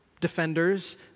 defenders